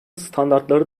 standartları